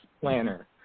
planner